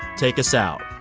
take us out.